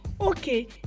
Okay